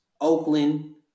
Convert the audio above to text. Oakland